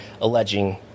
alleging